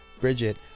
Bridget